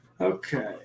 Okay